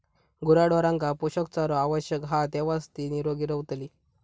गुराढोरांका पोषक चारो आवश्यक हा तेव्हाच ती निरोगी रवतली